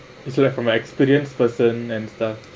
it's like from experienced person and stuff